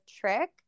trick